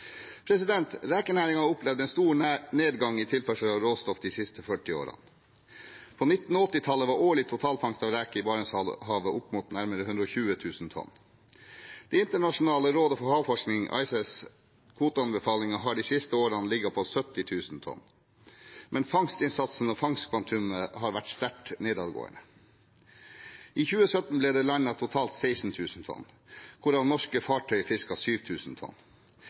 har opplevd en stor nedgang i tilførsel av råstoff de siste 40 årene. På 1980-tallet var årlig totalfangst av reker i Barentshavet opp mot nærmere 120 000 tonn. Kvoteanbefalingene fra det internasjonale rådet for havforskning – ICES – har de siste årene ligget på 70 000 tonn, men fangstinnsatsen og fangskvantumet har vært sterkt nedadgående. I 2017 ble det landet totalt 16 000 tonn, hvorav norske fartøy fisket 7 000 tonn.